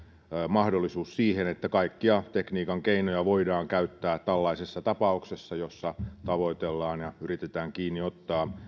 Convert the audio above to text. mahdollisuus siihen että kaikkia tekniikan keinoja voidaan käyttää tällaisessa tapauksessa jossa tavoitellaan ja yritetään kiinni ottaa